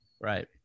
Right